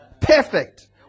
Perfect